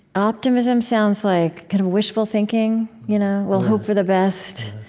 optimism sounds like kind of wishful thinking. you know we'll hope for the best.